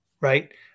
right